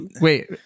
wait